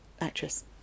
actress